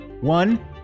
one